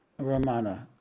Ramana